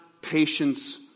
patience